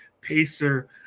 pacer